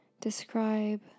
describe